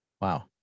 Wow